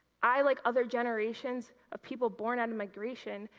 i, like other generations, of people borne out of migration,